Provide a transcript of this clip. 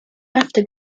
after